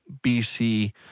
BC